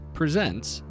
presents